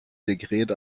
dekret